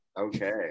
Okay